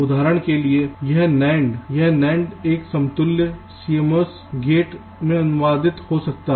उदाहरण के लिए यह NAND यह NAND इस समतुल्य CMOS गेट में अनुवादित हो सकता है